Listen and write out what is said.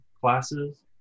classes